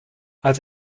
als